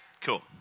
Cool